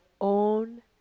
own